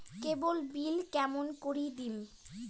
কেবল bill কেমন করি দিম?